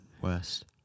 west